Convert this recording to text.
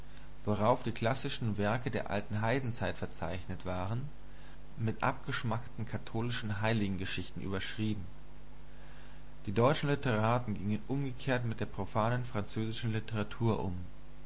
worauf die klassischen werke der alten heidenzeit verzeichnet waren mit abgeschmackten katholischen heiligengeschichten überschrieben die deutschen literaten gingen umgekehrt mit der profanen französischen literatur um